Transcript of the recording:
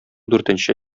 дүртенче